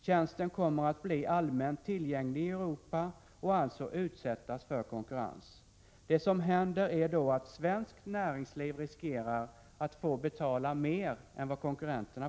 Tjänsten kommer att bli allmänt tillgänglig i Europa och alltså utsättas för konkurrens. Det som händer är alltså att svenskt näringsliv riskerar att få betala mer än konkurrenterna.